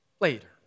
Later